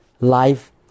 life